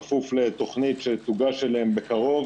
כפוף לתוכנית שתוגש אליהם בקרוב,